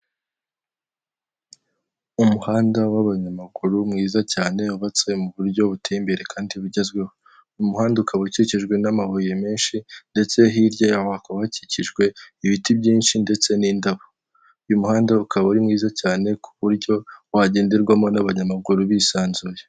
Umuhanda w'abanyamaguru mwiza cyane wubatse mu buryo buteye imbere kandi bugezweho, umuhanda ukaba ukikijwe n'amabuye menshi ndetse hirya yahoka hakikijwe ibiti byinshi ndetse n'indabo, uyu muhanda ukaba uri mwiza cyane ku buryo wagenderwamo n'abanyamaguru bisanzuye.